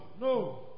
No